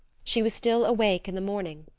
she was still awake in the morning,